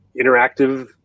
interactive